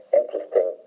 interesting